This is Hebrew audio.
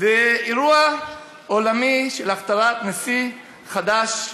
לאירוע עולמי של הכתרת נשיא חדש למדינה,